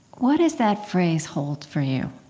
what does that phrase hold for you?